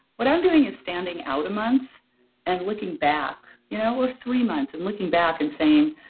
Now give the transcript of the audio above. what i'm doing is standing out a month and looking back, you know we're three months. and looking back and saying,